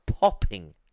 popping